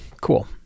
cool